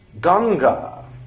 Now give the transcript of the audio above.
Ganga